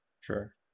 Sure